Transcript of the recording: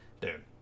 Dude